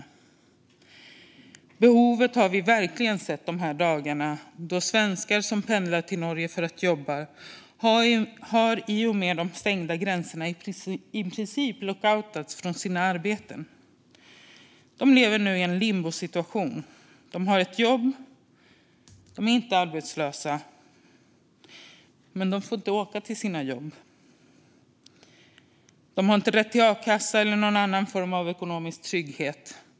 Det behovet har vi verkligen sett under de här dagarna, då svenskar som pendlar till Norge för att jobba i princip har lockoutats från sina arbeten i och med de stängda gränserna. De lever nu i en limbosituation: De har jobb, det vill säga är inte arbetslösa, men de får inte åka till sina jobb. De har inte rätt till a-kassa eller någon annan form av ekonomisk trygghet.